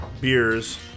beers